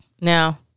Now